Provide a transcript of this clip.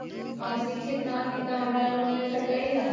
हम शिक्षित न हाति तयो हमरा लोन मिल सकलई ह?